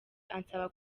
ansaba